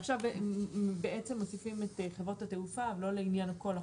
עכשיו בעצם מוסיפים את חברות התעופה לא לעניין כל החובות.